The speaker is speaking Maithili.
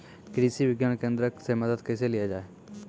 कृषि विज्ञान केन्द्रऽक से मदद कैसे लिया जाय?